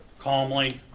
calmly